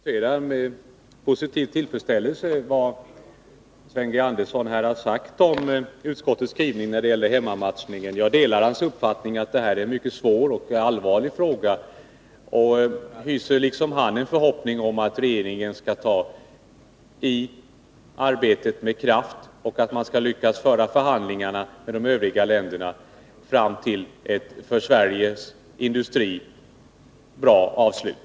Herr talman! Jag noterar med tillfredsställelse vad Sven G. Andersson här säger om utskottets skrivning när det gäller hemmamatchningen. Jag delar hans uppfattning att detta är en mycket svår och allvarlig fråga. Jag hyser liksom han en förhoppning om att regeringen skall bedriva arbetet med kraft och lyckas föra förhandlingarna med de övriga länderna fram till ett för Sveriges industri bra avslut.